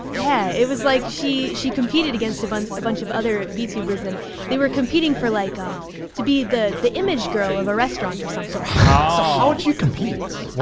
yeah, it was like she she competed against a bunch a bunch of other vtubers and they were competing for like, um to be the the image girl of a restaurant or something. so ah how'd you compete?